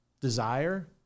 desire